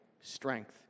strength